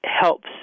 helps